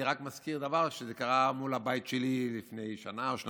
אני רק מזכיר שזה קרה מול הבית שלי לפני שנה או שנתיים,